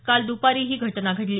काल दुपारी ही घटना घडली